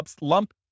lump